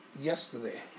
yesterday